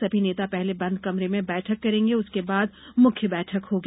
सभी नेता पहले बंद कमरे में बैठक करेंगे उसके बाद मुख्य बैठक होगी